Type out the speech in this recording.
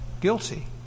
guilty